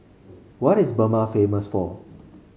what is Burma famous for